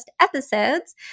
episodes